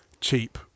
cheap